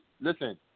Listen